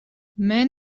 man